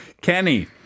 Kenny